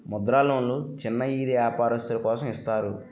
ముద్ర లోన్లు చిన్న ఈది వ్యాపారస్తులు కోసం ఇస్తారు